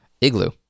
Igloo